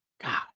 God